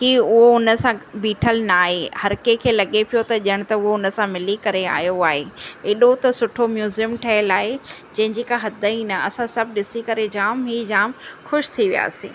की उहो उन सां बीठल न आहे हर कंहिंखे लॻे पियो त ॼणु त उहो उन सां मिली करे आयो आहे एॾो त सुठो म्युज़ियम ठहियलु आहे जंहिंजी का हदु ई न असां सभु ॾिसी करे जाम ई जाम ख़ुशि थी वियासीं